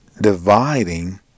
dividing